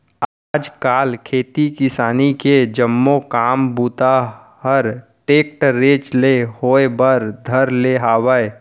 आज काल खेती किसानी के जम्मो काम बूता हर टेक्टरेच ले होए बर धर ले हावय